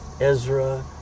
Ezra